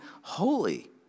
holy